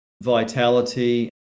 vitality